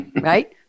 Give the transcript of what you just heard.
Right